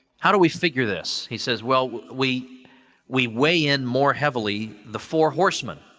how do we figure this? he says, well, we we weigh-in more heavily the four horsemen,